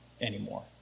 anymore